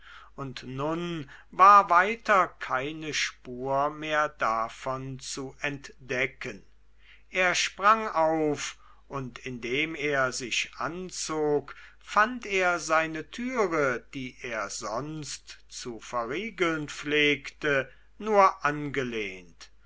und nun war weiter keine spur mehr davon zu entdecken er sprang auf und indem er sich anzog fand er seine tür die er sonst zu verriegeln pflegte nur angelehnt